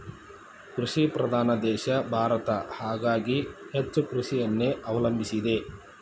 ಕೃಷಿ ಪ್ರಧಾನ ದೇಶ ಭಾರತ ಹಾಗಾಗಿ ಹೆಚ್ಚ ಕೃಷಿಯನ್ನೆ ಅವಲಂಬಿಸಿದೆ